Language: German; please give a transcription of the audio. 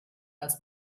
als